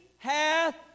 Hath